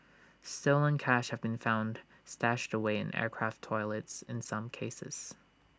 stolen cash have been found stashed away in aircraft toilets in some cases